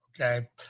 Okay